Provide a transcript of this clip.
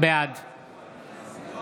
בעד גלעד קריב, בעד עידן